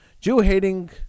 Jew-hating